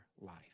life